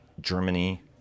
Germany